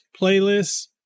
playlists